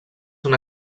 són